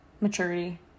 maturity